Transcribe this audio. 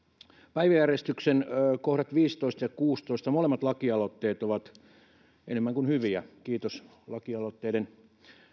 päiväjärjestyksen kohdat viisitoista ja kuusitoista molemmat lakialoitteet ovat enemmän kuin hyviä kiitos lakialoitteiden